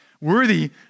Worthy